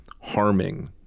harming